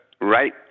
right